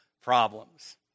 problems